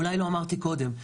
אולי לא אמרתי קודם.